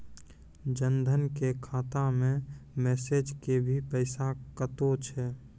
जन धन के खाता मैं मैसेज के भी पैसा कतो छ?